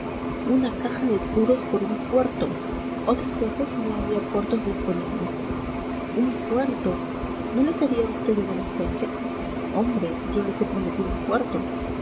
una caja de puros por un puerto otras veces no había puertos disponibles un puerto no le sería a usted igual un puente hombre yo les he prometido un puerto